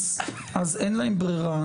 אז אין להם ברירה.